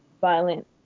violent